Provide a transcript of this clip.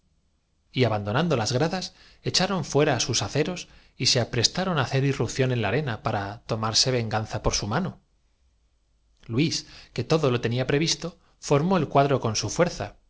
abandonando las gradas echaron fuera sus aceros y se aprestaron á hacer irrupción en la arena para to marse venganza por su mano luís que todo lo tenía previsto formó el cuadro con su fuerza